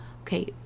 okay